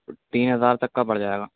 تین ہزار تک کا پڑ جائے گا